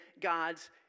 God's